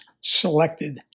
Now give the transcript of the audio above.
selected